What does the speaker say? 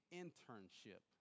internship